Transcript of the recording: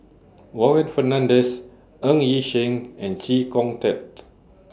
Warren Fernandez Ng Yi Sheng and Chee Kong Tet